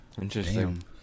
Interesting